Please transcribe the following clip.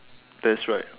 that's right